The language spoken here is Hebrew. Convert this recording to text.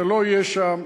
זה לא יהיה שם,